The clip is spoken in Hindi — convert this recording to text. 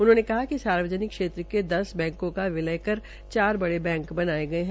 उन्होंने कहा कि सार्वजनिक क्षेत्र के दस बैंको का विलय कर चारे बड़े बैंक बनायेगये है